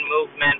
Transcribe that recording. movement